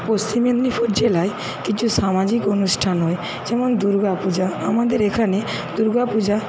পশ্চিম মেদিনীপুর জেলায় কিছু সামাজিক অনুষ্ঠান হয় যেমন দুর্গাপূজা আমাদের এখানে দুর্গাপূজা